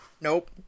Nope